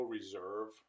Reserve